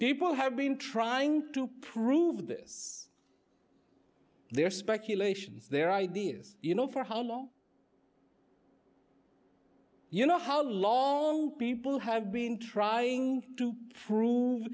people have been trying to prove this their speculations their ideas you know for how long you know how long people have been trying to prove